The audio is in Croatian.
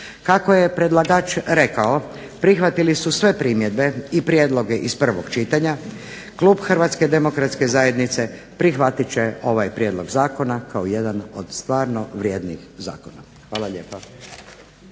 Kako je predlagač rekao prihvatili su sve primjedbe i prijedloge iz prvog čitanja, klub HDZ-a prihvatit će ovaj prijedlog zakona kao jedan od stvarno vrijednih zakona. Hvala lijepa.